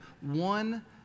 one